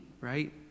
right